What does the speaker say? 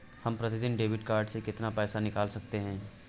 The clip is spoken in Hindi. हम प्रतिदिन डेबिट कार्ड से कितना पैसा निकाल सकते हैं?